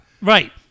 Right